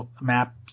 map